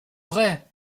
vrai